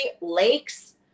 lakes